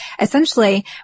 Essentially